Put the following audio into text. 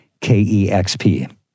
KEXP